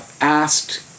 asked